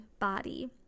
body